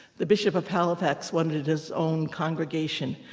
the bishop of halifax wanted his own congregation,